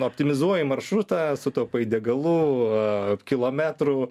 optimizuoji maršrutą sutaupai degalų a kilometrų